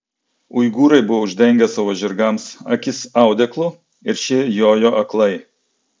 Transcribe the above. uigūrai buvo uždengę savo žirgams akis audeklu ir šie jojo aklai